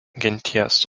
genties